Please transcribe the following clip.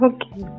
Okay